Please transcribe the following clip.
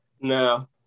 No